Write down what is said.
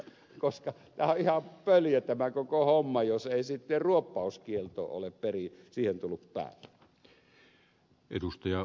tämähän on ihan pöljä tämä koko homma jos ei sitten ruoppauskieltoa ole siihen tullut päälle